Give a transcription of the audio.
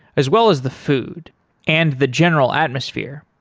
as well as the food and the general atmosphere.